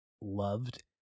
loved